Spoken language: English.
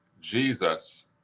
Jesus